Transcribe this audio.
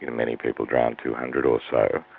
you know many people drowned two hundred or so.